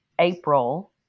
April